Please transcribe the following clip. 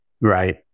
right